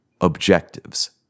objectives